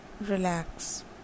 relax